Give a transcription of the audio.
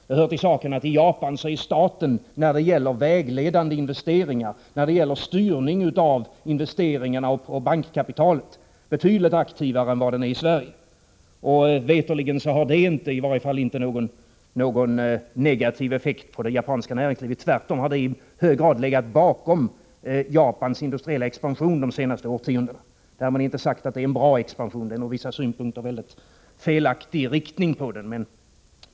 Det hör till saken att i Japan är staten när det gäller vägledande investeringar och styrning av investeringarna och bankkapitalet betydligt aktivare än vad den är i Sverige. Veterligt har det i alla fall inte haft någon negativ effekt på det japanska näringslivet, tvärtom har det i hög grad legat bakom Japans industriella expansion de senaste årtiondena. Därmed inte sagt att det är en bra expansion. Den har ur vissa synpunkter en mycket felaktig inriktning.